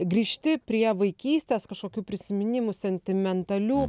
grįžti prie vaikystės kažkokių prisiminimų sentimentalių